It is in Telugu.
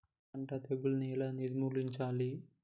పంట తెగులుని ఎలా నిర్మూలించాలి?